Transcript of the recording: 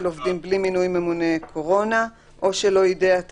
עובדים בלי מינוי ממונה קורונה או שלא יידע את